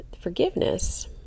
forgiveness